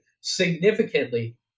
significantly